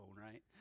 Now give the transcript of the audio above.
right